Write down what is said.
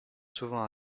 souvent